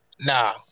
nah